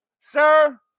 sir